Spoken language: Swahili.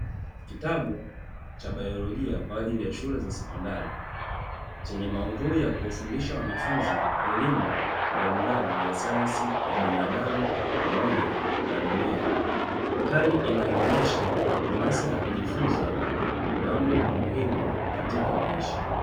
Kitabu cha biolojia kwa ajili ya shule za sekondari, chenye maudhui ya kuwafundisha wanafunzi elimu mbalimbali ya sayansi ya binadamu pamoja na mimea, hali inayoonyesha hamasa ya kujifunza mambo muhimu katika maisha.